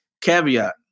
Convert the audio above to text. caveat